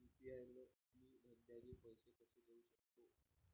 UPI न मी धंद्याचे पैसे कसे देऊ सकतो?